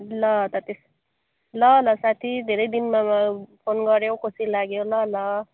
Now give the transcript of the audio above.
ल त त्यस ल ल साथी धेरैदिनमा मा कल गऱ्यौ खुसी लाग्यो ल ल